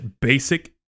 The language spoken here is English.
basic